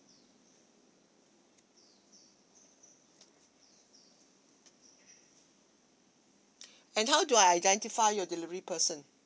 and how do I identify your delivery person